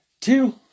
two